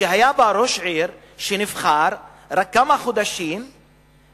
שהיה בה ראש עיר נבחר רק חודשים מספר